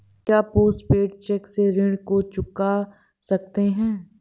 क्या post paid cheque से ऋण को चुका सकते हैं?